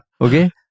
okay